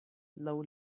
laŭ